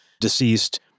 deceased